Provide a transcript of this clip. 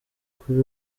kuri